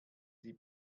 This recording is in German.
sie